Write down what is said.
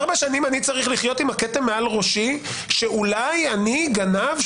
ארבע שנים אני צריך לחיות עם הכתם מעל ראשי שאולי אני גנב,